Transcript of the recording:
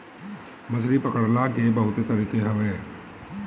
मछरी पकड़ला के बहुते तरीका हवे